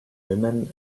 women